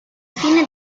fine